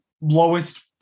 lowest